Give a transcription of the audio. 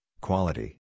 quality